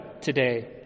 today